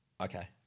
okay